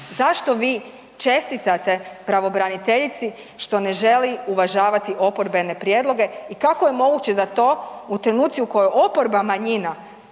zašto vi čestitate pravobraniteljici što ne želi uvažavati oporbene prijedloge i kako je moguće da to u trenuci u kojoj je oporba manjina